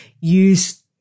use